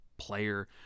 player